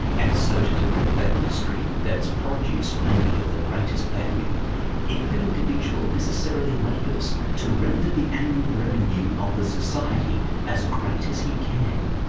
and so to direct that industry that its produce may be of the greatest value every individual necessarily labours to render the annual revenue of the society as great as he can.